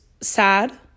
sad